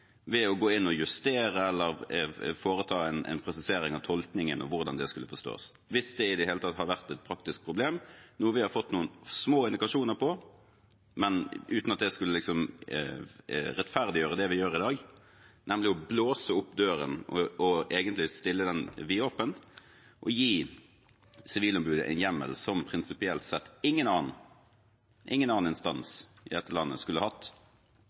ved å gå inn og justere eller foreta en presisering av tolkningen og hvordan det skulle forstås – hvis det i det hele tatt har vært et praktisk problem, noe vi har fått noen små indikasjoner på, men uten at det skulle rettferdiggjøre det vi gjør i dag, nemlig å blåse opp døren og egentlig stille den vidåpen og gi Sivilombudet en hjemmel som prinsipielt sett ingen annen instans i dette landet skulle hatt